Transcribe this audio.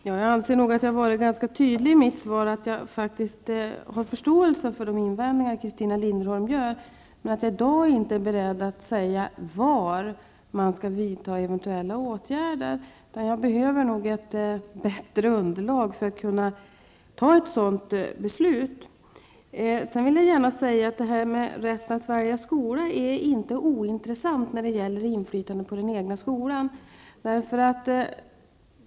Herr talman! Jag anser att jag har varit ganska tydlig i mitt svar. Jag har sagt att jag har förståelse för de invändningar som Christina Linderholm gör men att jag i dag inte är beredd att säga var man skall vidta eventuella åtgärder. Jag behöver nog ett bättre underlag för att kunna fatta ett sådant beslut. Sedan vill jag gärna säga att rätten att välja skola inte är ointressant när det gäller inflytandet på den egna skolan.